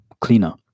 cleaner